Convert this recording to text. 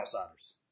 outsiders